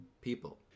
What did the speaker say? people